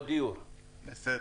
בסדר.